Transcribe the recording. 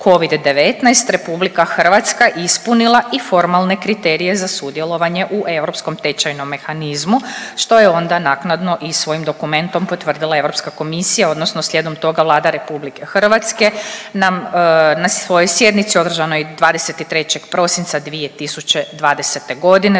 Covid-19 RH ispunila i formalne kriterije za sudjelovanje u europskom tečajnom mehanizmu što je onda naknadno i svojim dokumentom potvrdila Europska komisija odnosno slijedom toga Vlada RH nam na svojoj sjednici održanoj 23. prosinca 2020. godine